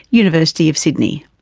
university of sydney.